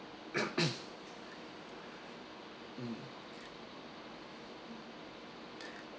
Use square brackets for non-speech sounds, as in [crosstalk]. [noise] mm